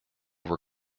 were